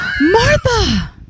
martha